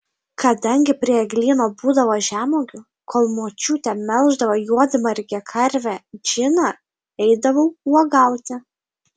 kadangi prie eglyno būdavo žemuogių kol močiutė melždavo juodmargę karvę džiną eidavau uogauti